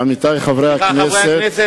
עמיתי חברי הכנסת,